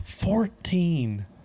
Fourteen